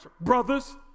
brothers